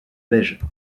beige